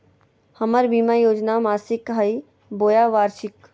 हमर बीमा योजना मासिक हई बोया वार्षिक?